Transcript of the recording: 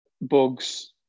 bugs